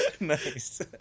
Nice